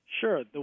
Sure